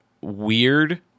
weird